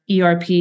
ERP